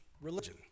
religion